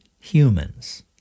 humans